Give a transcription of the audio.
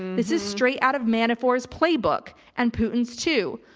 this is straight out of manafort's playbook and putin's too.